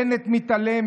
בנט מתעלם,